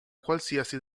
qualsiasi